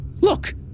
Look